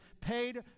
paid